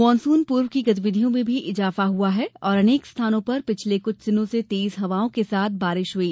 monsoon पूर्व की गतिविधियों में भी इजाफा हुआ है और अनेक स्थानों पर पिछले कुछ दिनों से तेज हवाओं के साथ बारिश हुई